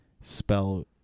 spell